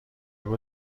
بگو